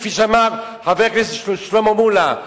כפי שאמר חבר הכנסת שלמה מולה,